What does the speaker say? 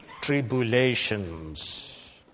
tribulations